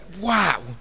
wow